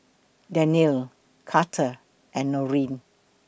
Dannielle Carter and Norene